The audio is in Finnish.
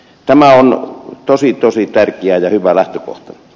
tämä on tosi tosi tärkeä ja hyvä lähtökohta